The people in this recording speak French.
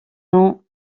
noms